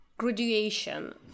Graduation